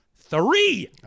three